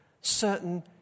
certain